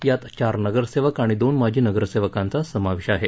यात चार नगरसेवक आणि दोन माजी नगरसेवकांचा समावेश आहे